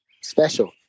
special